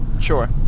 Sure